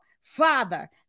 Father